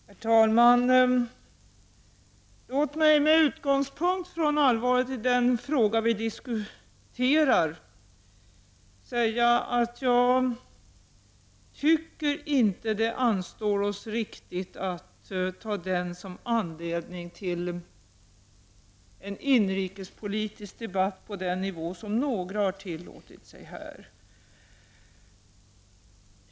Herr talman! Låt mig, med utgångspunkt från allvaret i den fråga som vi diskuterar, säga att jag inte tycker det anstår oss riktigt att ta denna fråga som anledning till en inrikespolitisk debatt på den nivå som några har tillåtit sig.